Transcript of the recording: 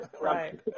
right